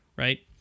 Right